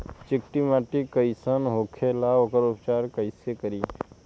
चिकटि माटी कई सन होखे ला वोकर उपचार कई से करी?